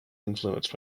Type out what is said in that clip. influenced